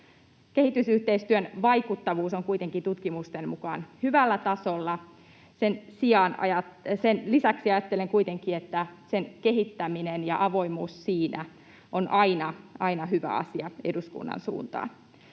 Kehitysyhteistyön vaikuttavuus on kuitenkin tutkimusten mukaan hyvällä tasolla. Sen lisäksi ajattelen kuitenkin, että sen kehittäminen ja avoimuus siinä on aina hyvä asia eduskunnan suuntaan.